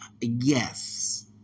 Yes